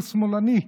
הוא שמאלני,